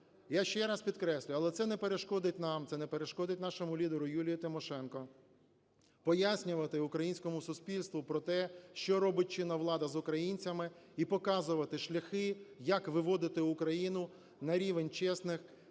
Я ще раз підкреслюю, але це не перешкодить нам, це не перешкодить нашому лідеру Юлії Тимошенко пояснювати українському суспільству про те, що робить чинна влада з українцями і показувати шляхи, як виводити Україну на рівень чесних,